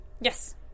Yes